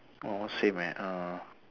oh all same man err